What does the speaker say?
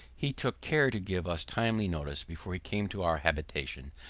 he took care to give us timely notice before he came to our habitation,